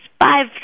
five